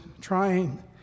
trying